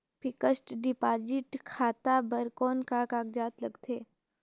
Fixed deposit खाता बर कौन का कागजात लगथे?